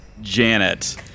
Janet